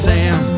Sam